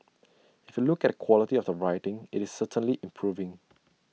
if you look at quality of the writing IT is certainly improving